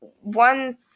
one